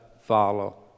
follow